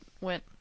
went